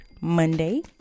Monday